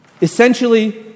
essentially